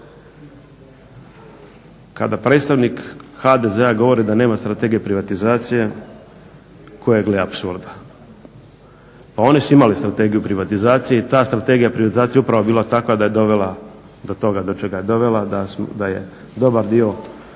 Kada predstavnik HDZ-a govori da nema strategije privatizacije kojeg li apsurda. Pa oni su imali strategiju privatizacije i ta strategija privatizacije je upravo bila takva da je dovela do toga do čega je dovela, da je dobar dio hrvatskog